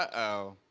ah oh.